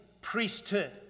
priesthood